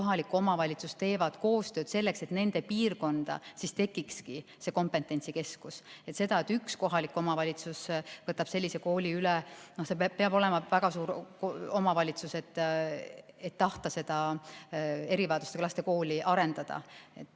kohalikku omavalitsust teevad koostööd selleks, et nende piirkonda tekikski see kompetentsikeskus. Kui üks kohalik omavalitsus võtab sellise kooli üle, siis see peab olema väga suur omavalitsus, et tahta erivajadustega laste kooli arendada.